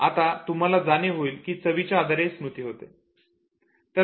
आता तुम्हाला जाणीव होईल की चवीच्या आधारे ही स्मृती होते